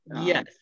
Yes